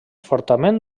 fortament